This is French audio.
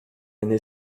année